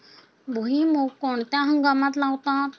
भुईमूग कोणत्या हंगामात लावतात?